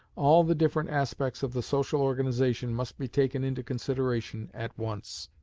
all the different aspects of the social organization must be taken into consideration at once.